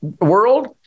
world